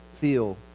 feel